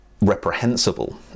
reprehensible